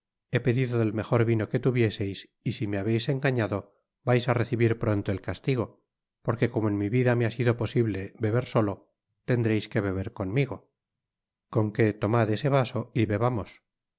he pedido del mejor vino que tuvieseis y si me habeis engañado vais á recibir pronto el castigo porque como en mi vida me ha sido posible beber solo tendreis que beber conmigo con que tomad ese vaso y bebamos a